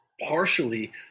partially